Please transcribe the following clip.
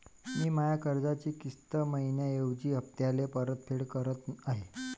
मी माया कर्जाची किस्त मइन्याऐवजी हप्त्याले परतफेड करत आहे